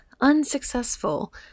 unsuccessful